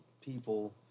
people